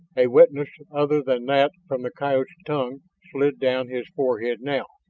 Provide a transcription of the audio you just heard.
a wetness other than that from the coyote's tongue slid down his forehead now.